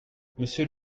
monsieur